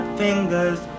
fingers